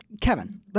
Kevin